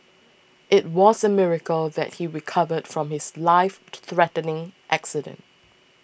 it was a miracle that he recovered from his lifethreatening accident